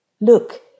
Look